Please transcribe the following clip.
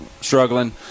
struggling